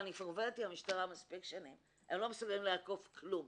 אני עובדת עם המשטרה מספיק שנים הם לא מסוגלים לאכוף כלום.